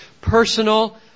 personal